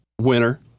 winner